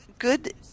good